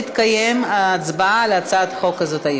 לא תתקיים היום ההצבעה על הצעת החוק הזאת.